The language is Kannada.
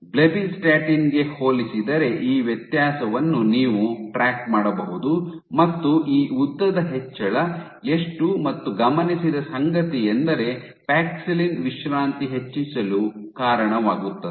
ಬ್ಲೆಬ್ಬಿಸ್ಟಾಟಿನ್ ಗೆ ಹೋಲಿಸಿದರೆ ಈ ವ್ಯತ್ಯಾಸವನ್ನು ನೀವು ಟ್ರ್ಯಾಕ್ ಮಾಡಬಹುದು ಮತ್ತು ಈ ಉದ್ದದ ಹೆಚ್ಚಳ ಎಷ್ಟು ಮತ್ತು ಗಮನಿಸಿದ ಸಂಗತಿಯೆಂದರೆ ಪ್ಯಾಕ್ಸಿಲಿನ್ ವಿಶ್ರಾಂತಿ ಹೆಚ್ಚಿಸಲು ಕಾರಣವಾಗುತ್ತದೆ